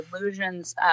illusions